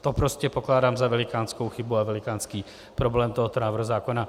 To prostě pokládám za velikánskou chybu a velikánský problém tohoto návrhu zákona.